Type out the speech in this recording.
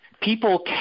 people